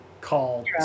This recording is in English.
called